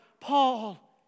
Paul